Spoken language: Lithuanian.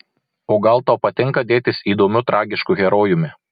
o gal tau patinka dėtis įdomiu tragišku herojumi